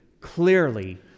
clearly